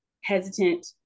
hesitant